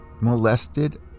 molested